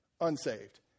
unsaved